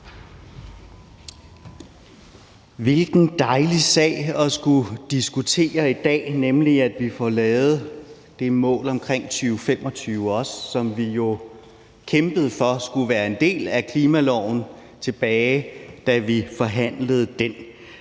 Hvilken dejlig sag at skulle diskutere i dag, nemlig at vi får lavet det mål omkring 2025 også – noget, som vi jo kæmpede for skulle være en del af klimaloven, tilbage da vi forhandlede den.